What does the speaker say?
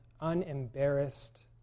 unembarrassed